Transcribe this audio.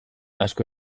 asko